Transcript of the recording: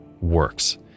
works